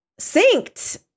synced